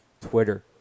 Twitter